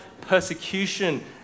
persecution